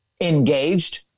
engaged